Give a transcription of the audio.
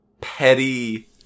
petty